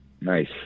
Nice